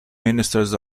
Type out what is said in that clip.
ministers